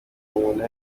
mubona